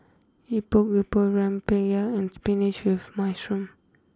Epok Epok Rempeyek and spinach with Mushroom